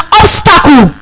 obstacle